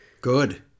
good